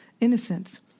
innocence